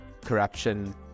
corruption